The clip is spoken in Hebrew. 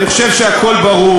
אני חושב שהכול ברור.